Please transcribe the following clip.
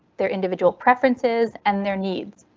their individual preferences and their needs.